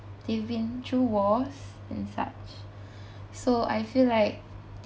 they've been through wars and such so I feel like